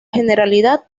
generalidad